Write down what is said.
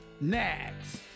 next